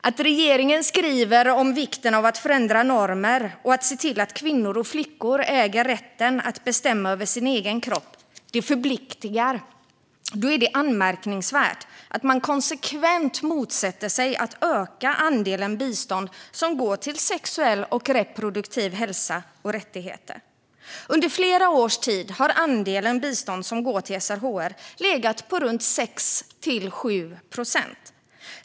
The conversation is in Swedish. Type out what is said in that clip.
Att regeringen skriver om vikten av att förändra normer och se till att flickor och kvinnor äger rätten att bestämma över sin egen kropp förpliktar. Då är det anmärkningsvärt att man konsekvent motsätter sig att öka andelen bistånd som går till sexuell och reproduktiv hälsa och rättigheter. Under flera års tid har andelen bistånd som går till SRHR legat på 6-7 procent.